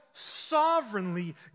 sovereignly